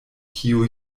kiu